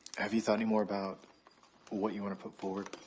have you thought any more about what you want to put forward?